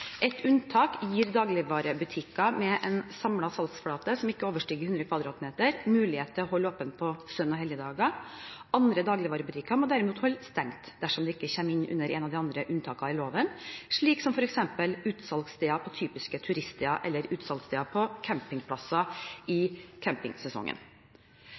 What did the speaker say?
Et unntak gir dagligvarebutikker med en samlet salgsflate som ikke overstiger 100 m2, mulighet til å holde åpent på søn- og helligdager. Andre dagligvarebutikker må derimot holde stengt dersom de ikke kommer inn under et av de andre unntakene i loven, slik som f.eks. utsalgssteder på typiske turiststeder eller utsalgssteder på campingplasser